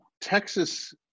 Texas